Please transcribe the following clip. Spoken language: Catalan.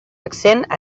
accent